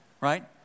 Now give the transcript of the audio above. right